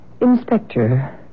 Inspector